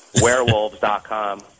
Werewolves.com